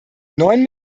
neun